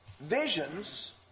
Visions